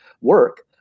work